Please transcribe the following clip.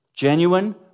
Genuine